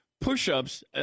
push-ups